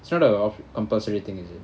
sort of compulsory thing is it